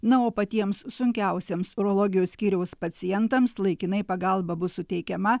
na o patiems sunkiausiems urologijos skyriaus pacientams laikinai pagalba bus suteikiama